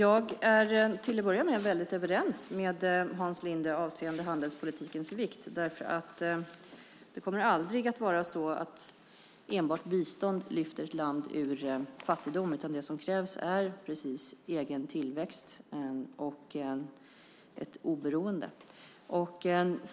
Herr talman! Jag är väldigt överens med Hans Linde avseende handelspolitikens vikt därför att det aldrig kommer att vara så att enbart bistånd lyfter ett land ur fattigdom. Det som krävs är egen tillväxt och ett oberoende.